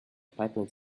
pipeline